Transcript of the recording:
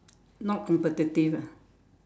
not competitive ah